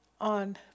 on